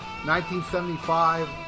1975